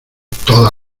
toda